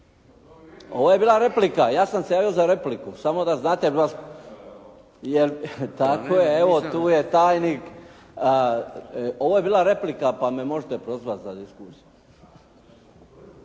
Ovo je bila replika. Ja sam se javio za repliku samo da znate …… /Upadica: Rasprava je ovo./ … Tako je, evo tu je tajnik. Ovo je bila replika pa me možete prozvati za diskusiju.